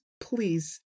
please